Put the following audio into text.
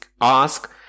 ask